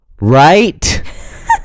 Right